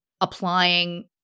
applying